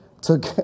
took